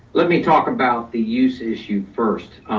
let me talk about the use issue first.